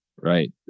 right